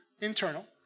internal